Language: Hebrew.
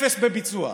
אפס בביצוע.